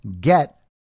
get